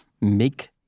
make